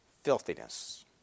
filthiness